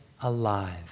alive